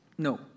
No